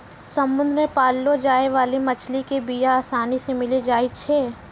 समुद्र मे पाललो जाय बाली मछली के बीया आसानी से मिली जाई छै